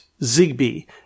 ZigBee